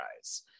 eyes